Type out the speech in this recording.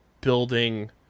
building